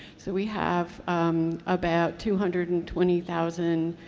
so we have about two hundred and twenty thousand